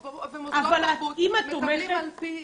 מוסדות תרבות מקבלים על פי